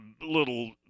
little